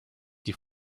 die